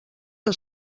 que